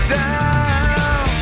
down